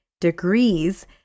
degrees